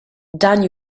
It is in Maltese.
dan